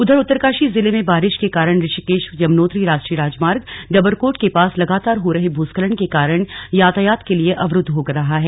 उधर उत्तरकाशी जिले में बारिश के कारण ऋषिकेश यमुनोत्री राष्ट्रीय राजमार्ग डबरकोट के पास लगातार हो रहे भूस्खलन के कारण यातायात के लिए अवरूद्व हो रहा है